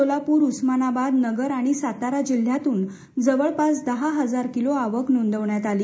सोलापुर उस्मानाबाद नगर सातारा या जिल्ह्यातून जवळपास दहा हजार किलो आवक नोंदवण्यात आली